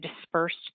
dispersed